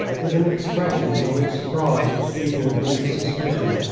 with an expression in which surprise was deepening into suspicion,